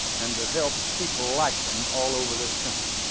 and to help people like them all over this country.